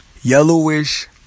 yellowish